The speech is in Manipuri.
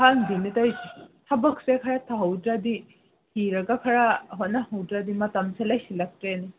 ꯈꯪꯗꯦꯅꯦ ꯇꯧꯔꯤꯁꯦ ꯊꯕꯛꯁꯦ ꯈꯔ ꯇꯧꯍꯧꯗ꯭ꯔꯗꯤ ꯊꯤꯔꯒ ꯈꯔ ꯍꯣꯠꯅꯍꯧꯗ꯭ꯔꯗꯤ ꯃꯇꯝꯁꯦ ꯂꯩꯁꯤꯜꯂꯛꯇ꯭ꯔꯦꯅꯦ